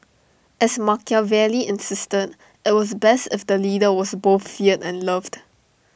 as Machiavelli insisted IT was best if the leader was both feared and loved